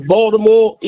Baltimore